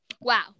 Wow